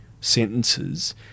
sentences